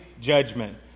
judgment